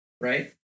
right